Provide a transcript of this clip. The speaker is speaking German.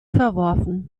verworfen